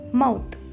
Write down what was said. mouth